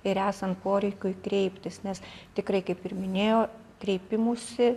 ir esant poreikiui kreiptis nes tikrai kaip ir minėjo kreipimųsi